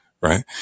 right